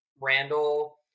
Randall